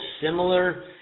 similar